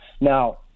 Now